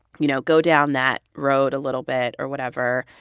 you know, go down that road a little bit or whatever.